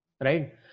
right